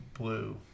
blue